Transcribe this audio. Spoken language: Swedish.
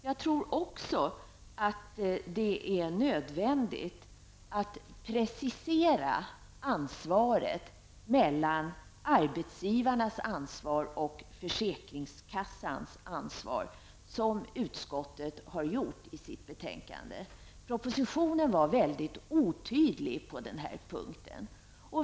Jag tror också att det är nödvändigt att precisera vad som är arbetsgivarnas resp. försäkringskassans ansvar. Detta har också utskottet gjort i sitt betänkande. Propositionen var mycket otydlig på den punkten.